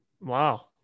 Wow